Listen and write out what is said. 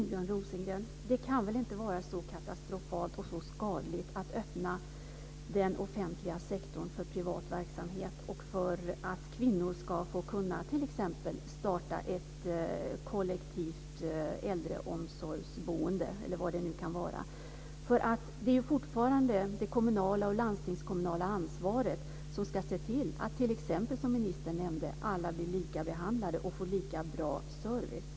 Herr talman! Men, Björn Rosengren, det kan väl inte vara så katastrofalt och skadligt att öppna den offentliga sektorn för privat verksamhet och för att kvinnor ska kunna starta t.ex. ett kollektivt äldreomsorgsboende. Det är fortfarande det kommunala och landstingskommunala ansvaret att se till - som ministern nämnde - att alla blir lika behandlade och får lika bra service.